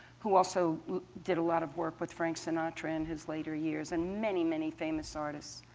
who also did a lot of work with frank sinatra in his later years, and many, many famous artists.